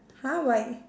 !huh! why